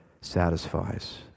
satisfies